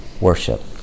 worship